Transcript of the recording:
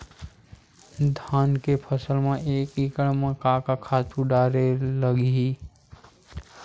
धान के फसल म एक एकड़ म का का खातु डारेल लगही?